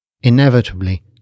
Inevitably